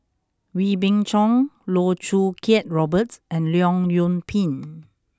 Wee Beng Chong Loh Choo Kiat Robert and Leong Yoon Pin